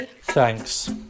Thanks